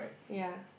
yea